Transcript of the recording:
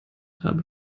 habe